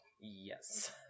Yes